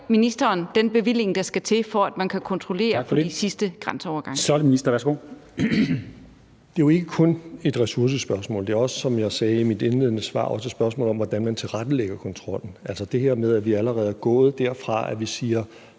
Det er jo ikke kun et ressourcespørgsmål. Det er jo også, som jeg sagde i mit indledende svar, et spørgsmål om, hvordan man tilrettelægger kontrollen – altså det her med, at vi allerede er gået fra at have